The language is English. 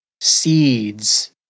seeds